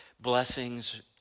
blessings